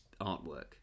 artwork